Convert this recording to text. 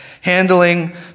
handling